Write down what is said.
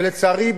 ולצערי,